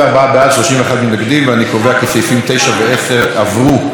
אני קובע כי סעיפים 9 ו-10 עברו, כנוסח הוועדה.